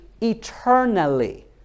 eternally